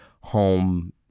home